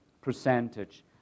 percentage